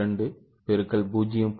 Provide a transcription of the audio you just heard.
2 X 0